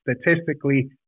statistically